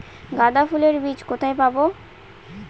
গাঁদা ফুলের বীজ কোথায় পাবো?